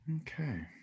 Okay